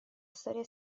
storia